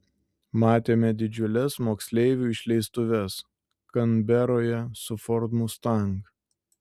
matėme didžiules moksleivių išleistuves kanberoje su ford mustang